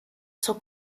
zur